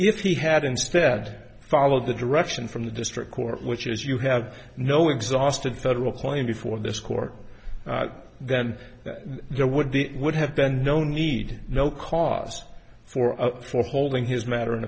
if he had instead i followed the direction from the district court which as you have no exhausted federal plane before this court then there would be would have been no need no cause for up for holding his matter